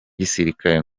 gisirikare